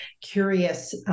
curious